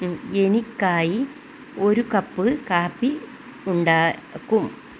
എനിക്ക് കായി ഒരു കപ്പ് കാപ്പി ഉണ്ടാക്കും